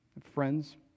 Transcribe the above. friends